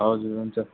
हजुर हुन्छ